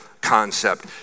concept